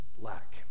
lack